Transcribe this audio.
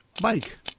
Mike